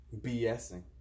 bsing